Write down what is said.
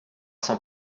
cents